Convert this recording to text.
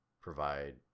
provide